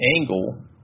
angle